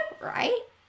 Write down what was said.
right